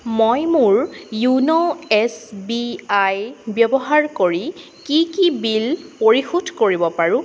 মই মোৰ YONO S B I ব্যৱহাৰ কৰি কি কি বিল পৰিশোধ কৰিব পাৰো